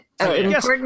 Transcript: Yes